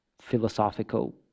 philosophical